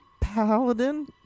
paladin